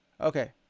Okay